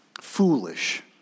foolish